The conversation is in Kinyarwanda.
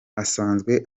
asanzwe